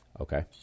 Okay